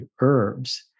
herbs